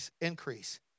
increase